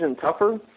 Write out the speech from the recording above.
tougher